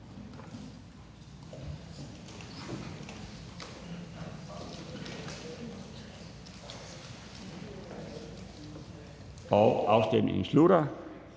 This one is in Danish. og afstemningen starter.